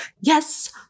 yes